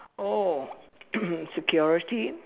oh security